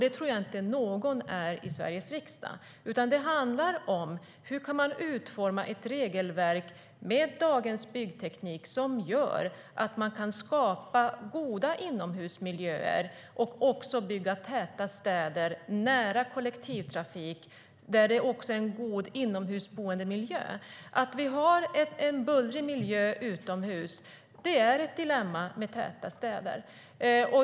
Det tror jag inte att någon i Sveriges riksdag är, utan det handlar om hur vi kan utforma ett regelverk som gör att man med dagens byggteknik kan skapa god boendemiljö inomhus och även bygga täta städer nära kollektivtrafik. Att vi har bullrig miljö utomhus är ett dilemma i täta städer.